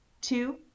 Two